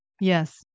yes